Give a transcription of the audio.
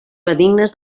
benignes